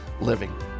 living